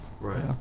Right